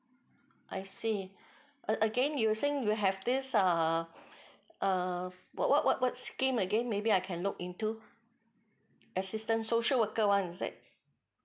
I see err again you're saying you have this uh uh what what what scheme again maybe I can look into assistance social worker one is it